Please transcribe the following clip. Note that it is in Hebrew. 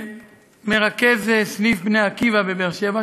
מרכז סניף "בני עקיבא" בבאר-שבע,